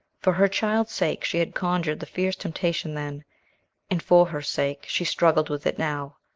for her child's sake she had conquered the fierce temptation then and for her sake, she struggled with it now.